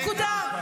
נקודה.